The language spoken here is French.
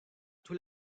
tous